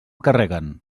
carreguen